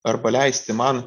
ar paleisti man